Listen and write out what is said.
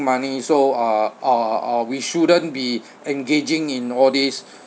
money so uh uh uh we shouldn't be engaging in all this